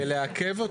כדי לעכב אותו.